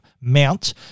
mount